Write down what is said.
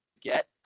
get